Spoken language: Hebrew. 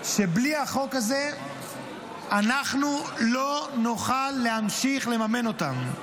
שבלי החוק הזה אנחנו לא נוכל להמשיך לממן אותם.